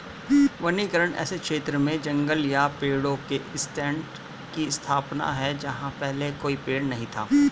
वनीकरण ऐसे क्षेत्र में जंगल या पेड़ों के स्टैंड की स्थापना है जहां पहले कोई पेड़ नहीं था